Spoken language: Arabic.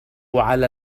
على